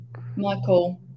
michael